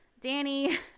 Danny